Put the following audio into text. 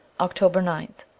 october ninth